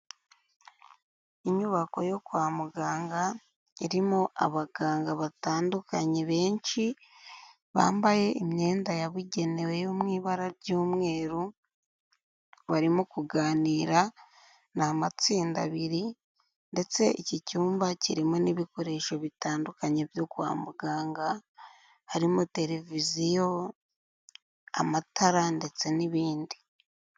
Inyubako yo kwa muganga irimo abaganga batandukanye benshi, bambaye imyenda yabugenewe yo mu ibara ry'umweru, barimo kuganira, ni amatsinda abiri ndetse iki cyumba kirimo n'ibikoresho bitandukanye byo kwa muganga harimo: tereviziyo, amatara ndetse n'ibindi.